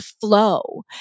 flow